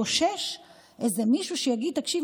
קושש איזה מישהו שיגיד: תקשיב,